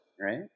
right